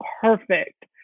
perfect